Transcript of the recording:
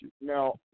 Now